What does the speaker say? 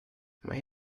may